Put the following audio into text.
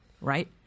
right